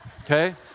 okay